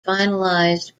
finalized